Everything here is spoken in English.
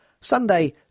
Sunday